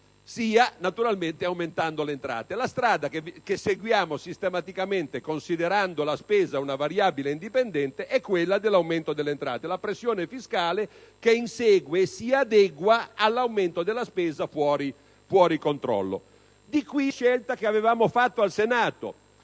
sia, naturalmente, aumentando le entrate; la strada che seguiamo sistematicamente, considerando la spesa una variabile indipendente, è quella dell'aumento delle entrate: la pressione fiscale che insegue e si adegua all'aumento della spesa fuori controllo. Di qui la scelta che avevamo fatto al Senato